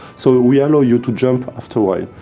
so we allow you to jump afterward.